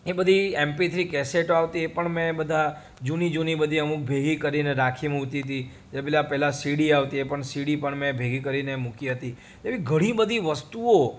એ બધી MP three કેસેટો આવતી એ પણ મેં બધા જૂની જૂની બધી અમુક ભેગી કરીને રાખી મુકી હતી એ પેલા પહેલાં સીડી આવતી એ પણ સીડી પણ મેં ભેગી કરીને મૂકી હતી એવી ઘણી બધી વસ્તુઓ